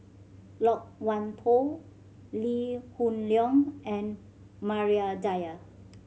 Loke Wan Tho Lee Hoon Leong and Maria Dyer